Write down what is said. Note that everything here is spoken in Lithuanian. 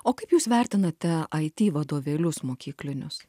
o kaip jūs vertinate it vadovėlius mokyklinius